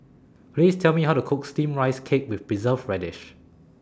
Please Tell Me How to Cook Steamed Rice Cake with Preserved Radish